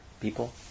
people